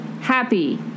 happy